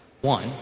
one